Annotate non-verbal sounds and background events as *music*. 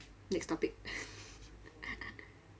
next topic *laughs*